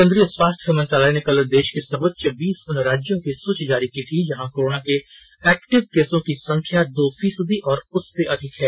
केंद्रीय स्वास्थ्य मंत्रालय ने कल देश के सर्वोच्च बीस उन राज्यों की सुची जारी की थी जहां कोरोना के एक्टिव केसों की संख्या दो फीसदी और उससे अधिक है